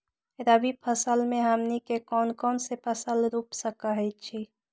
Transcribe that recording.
रबी फसल में हमनी के कौन कौन से फसल रूप सकैछि?